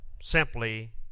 simply